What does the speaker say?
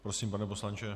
Prosím, pane poslanče.